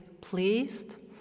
pleased